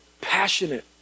passionate